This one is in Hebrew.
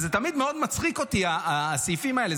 זה תמיד מאוד מצחיק אותי, הסעיפים האלה.